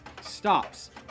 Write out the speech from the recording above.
stops